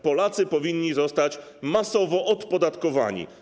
Polacy powinni zostać masowo odpodatkowani.